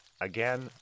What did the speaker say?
again